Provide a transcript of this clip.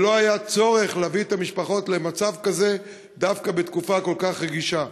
ולא היה צורך להביא את המשפחות למצב כזה דווקא בתקופה כל כך רגישה.